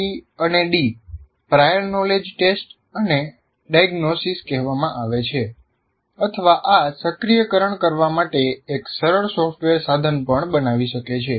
T અને D prior knowledge test અને diagnosis કહેવામાં આવે છે અથવા આ સક્રિયકરણ કરવા માટે એક સરળ સોફ્ટવેર સાધન પણ બનાવી શકે છે